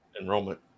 Enrollment